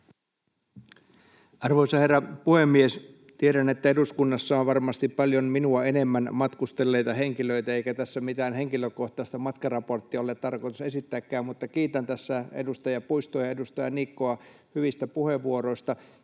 Arvoisa herra puhemies! Tiedän, että eduskunnassa on varmasti paljon minua enemmän matkustelleita henkilöitä, eikä tässä mitään henkilökohtaista matkaraporttia ole tarkoitus esittääkään, mutta kiitän tässä edustaja Puistoa ja edustaja Niikkoa hyvistä puheenvuoroista.